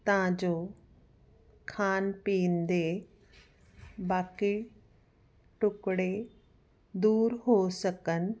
ਤਾਂ ਜੋ ਖਾਣ ਪੀਣ ਦੇ ਬਾਕੀ ਟੁਕੜੇ ਦੂਰ ਹੋ ਸਕਣ